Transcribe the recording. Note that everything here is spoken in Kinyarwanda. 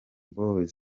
boys